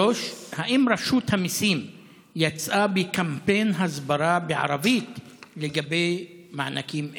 3. האם רשות המיסים יצאה בקמפיין הסברה בערבית לגבי מענקים אלו?